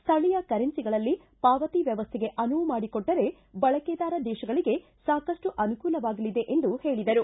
ಸ್ಥಳೀಯ ಕರೆನ್ಸಿಗಳಲ್ಲಿ ಪಾವತಿ ವ್ಯವಸ್ಥೆಗೆ ಅನುವು ಮಾಡಿಕೊಟ್ಟರೆ ಬಳಕೆದಾರ ದೇಶಗಳಿಗೆ ಸಾಕಪ್ಟು ಅನುಕೂಲವಾಗಲಿದೆ ಎಂದು ಹೇಳಿದರು